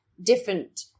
different